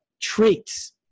traits